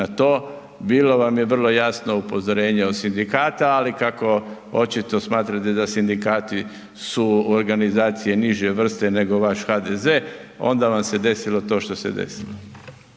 na to, bilo vam je vrlo jasno upozorenje od sindikata, ali kako očito smatrate da sindikati su organizacije niže vrste nego vaš HDZ, onda vam se desilo to što se desilo.